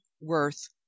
worth